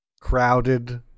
crowded